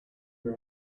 your